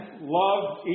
love